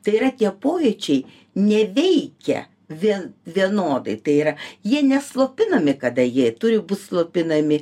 tai yra tie pojūčiai neveikia vien vienodai tai yra jie neslopinami kada jie turi būt slopinami